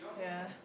yea